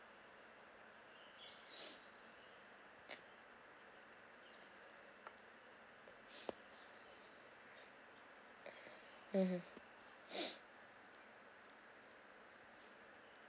mmhmm